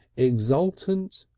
exultant,